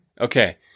Okay